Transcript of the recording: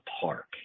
park